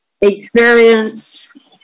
experience